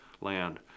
land